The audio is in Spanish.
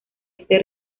este